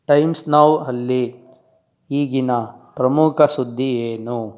times Now ಅಲ್ಲಿ ಈಗಿನ ಪ್ರಮುಖ ಸುದ್ದಿ ಏನು